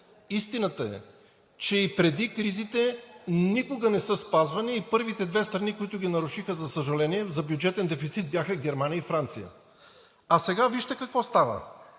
Истината е, че и преди кризите никога не са спазвани и първите две страни, които ги нарушиха, за съжаление, за бюджетен дефицит, бяха Германия и Франция. А сега вижте какво става